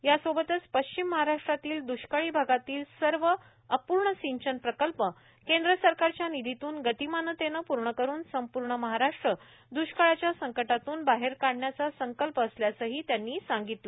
यासोबतच पश्चिम महाराष्ट्रातील दुष्काळी भागातील सर्व अपूर्ण सिंचन प्रकल्प केंद्र सरकारच्या निधीतून गतीमानतेने पूर्ण करुन संपूर्ण महाराष्ट्र द्ष्काळाच्या संकटातून बाहेर काढण्याचा संकल्प असल्याचेही त्यांनी सांगितले